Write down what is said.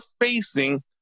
facing